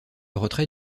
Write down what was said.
retrait